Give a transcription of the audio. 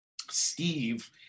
Steve